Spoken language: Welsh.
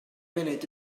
munud